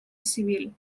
civil